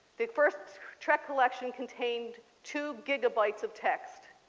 the first trek collection contained two gigabytes of text.